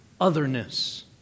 otherness